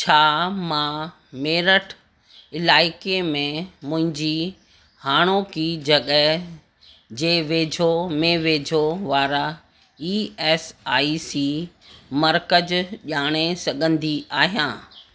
छा मां मेरठ इलाइक़े में मुंहिंजी हाणोकी जॻह जे वेझो में वेझो वारा ई एस आई सी मर्कज़ ॼाणे सघंदी आहियां